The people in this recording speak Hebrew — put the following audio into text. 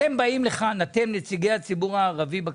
אתם, נציגי הציבור הערבי בכנסת,